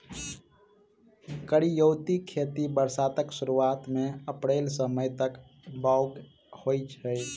करियौती खेती बरसातक सुरुआत मे अप्रैल सँ मई तक बाउग होइ छै